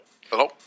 hello